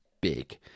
big